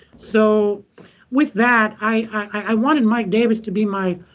so with that, i wanted mike davis to be my